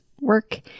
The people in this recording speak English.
work